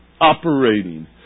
operating